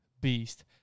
beast